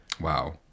Wow